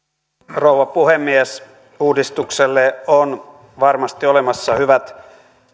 rouva puhemies uudistukselle on varmasti olemassa hyvät